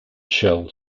shell